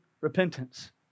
repentance